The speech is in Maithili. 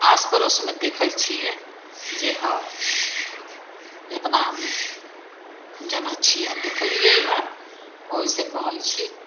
आसपड़ोसमे देखै छिए जे हइ एतना हम जनै छिए देखलिए हँ ओहिसँ कहै छी